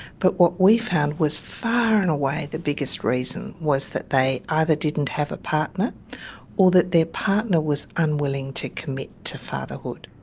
but what we found was far and away the biggest reason was that they either didn't have a partner or that their partner was unwilling to commit to fatherhood.